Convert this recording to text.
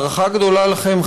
הערכה גדולה לכם,